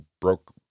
broke